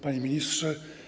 Panie Ministrze!